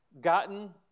gotten